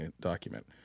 document